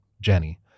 Jenny